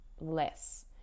less